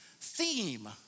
theme